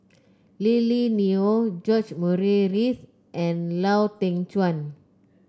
Lily Neo George Murray Reith and Lau Teng Chuan